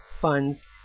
funds